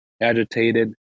agitated